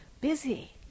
busy